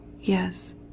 yes